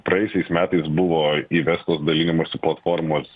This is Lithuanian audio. praėjusiais metais buvo įvestos dalinimosi platformos